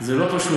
זה לא פשוט.